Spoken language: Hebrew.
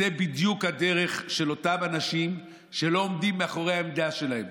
זאת בדיוק הדרך של אותם אנשים שלא עומדים מאחורי העמדה שלהם.